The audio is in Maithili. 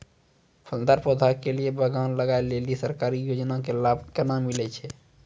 फलदार पौधा के बगान लगाय लेली सरकारी योजना के लाभ केना मिलै छै?